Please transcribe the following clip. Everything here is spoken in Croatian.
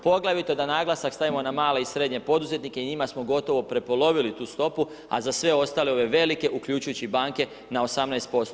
Poglavito da naglasak stavimo na male i srednje poduzetnike i njima smo gotovo prepolovili tu stopu, a za sve ostale, ove velike, uključujući i banke na 18%